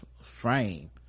frame